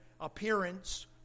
appearance